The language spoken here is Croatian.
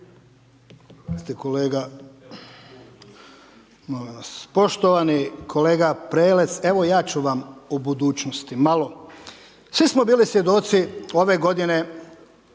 Svi smo bili svjedoci ove godine